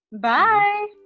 bye